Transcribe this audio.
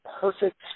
perfect